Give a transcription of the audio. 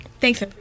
Thanks